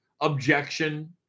objection